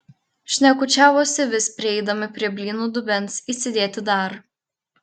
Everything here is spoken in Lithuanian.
šnekučiavosi vis prieidami prie blynų dubens įsidėti dar